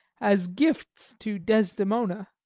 as gifts to desdemona